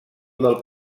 del